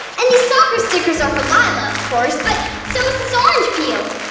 and these soccer stickers are for lila, of course, but so is this orange peel.